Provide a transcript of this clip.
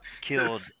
killed